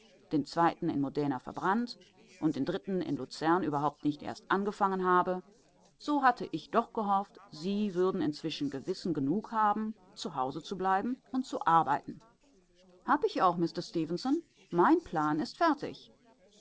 den zweiten in modena verbrannt und den dritten in luzern überhaupt nicht erst angefangen habe so hatte ich doch gehofft sie würden inzwischen gewissen genug haben zu hause zu bleiben und zu arbeiten hab ich auch mister stefenson mein plan ist fertig